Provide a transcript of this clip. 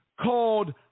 called